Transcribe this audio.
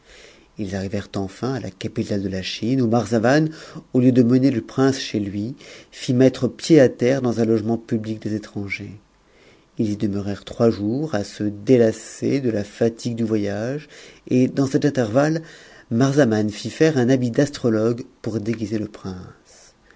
fs arrivèrent enfin à la capitale de la chine où marzavan au lieu de tfnpr tp prince chez lui it mettre pied à terre dans un logement public des étrangers ils y demeurèrent trois jours à se délasser de ta thtitr du voyage et dans cet intervalle marzavan fit faire un habit d'astrotoeu pour déguiser le prince